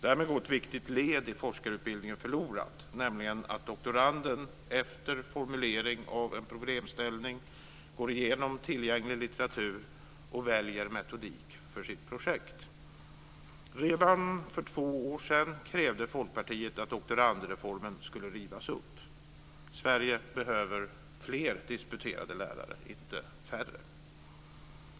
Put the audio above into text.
Därmed går ett viktigt led i forskarutbildningen förlorat, nämligen att doktoranden efter formulering av en problemställning går igenom tillgänglig litteratur och väljer metodik för sitt projekt. Redan för två år sedan krävde Folkpartiet att doktorandreformen skulle rivas upp. Sverige behöver fler disputerade lärare, inte färre.